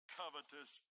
covetous